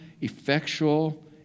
effectual